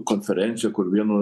konferencija kur vienu